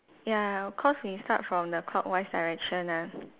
ya cause we start from the clockwise direction ah